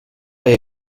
jej